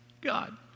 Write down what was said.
God